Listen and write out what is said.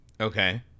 Okay